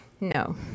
No